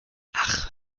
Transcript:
ach